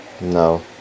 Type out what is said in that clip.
No